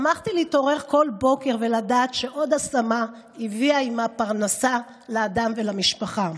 שמחתי להתעורר כל בוקר ולדעת שעוד השמה הביאה עימה פרנסה לאדם ולמשפחה.